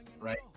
right